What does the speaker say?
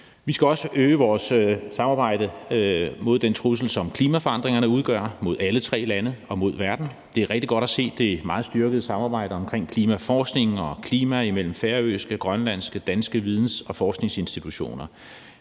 Vi skal også styrke vores samarbejde om den trussel, som klimaforandringerne udgør mod alle tre lande og mod verden. Det er rigtig godt at se det meget styrkede samarbejde om klimaforskningen mellem færøske, grønlandske og danske videns- og forskningsinstitutioner.